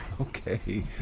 Okay